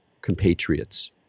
compatriots